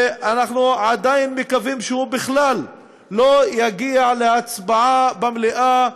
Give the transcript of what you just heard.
ואנחנו עדיין מקווים שהוא בכלל לא יגיע להצבעה במליאה,